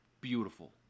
beautiful